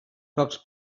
pocs